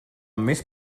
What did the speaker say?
més